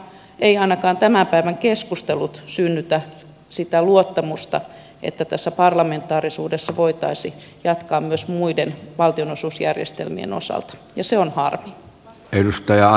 eivät ainakaan tämän päivän keskustelut synnytä sitä luottamusta että tässä parlamentaarisuudessa voitaisiin jatkaa myös muiden valtionosuusjärjestelmien osalta ja se on harmi